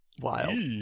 Wild